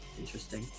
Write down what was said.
interesting